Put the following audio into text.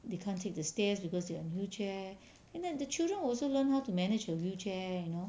they can't take the stairs because they are on wheelchair and that the children will also learn how to manage a wheelchair you know